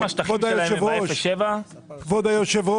אם השטחים שלהם הם באפס עד שבעה --- כבוד היושב-ראש,